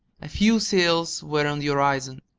a few sails were on the horizon,